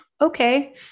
Okay